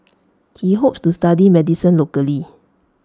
he hopes to study medicine locally